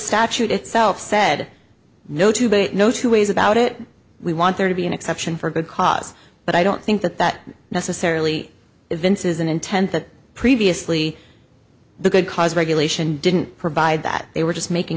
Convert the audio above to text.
statute itself said no to no two ways about it we want there to be an exception for good cause but i don't think that that necessarily evinces an intent that previously the good cause of regulation didn't provide that they were just making